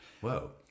Whoa